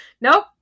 nope